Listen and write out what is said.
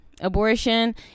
abortion